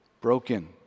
broken